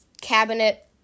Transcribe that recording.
cabinet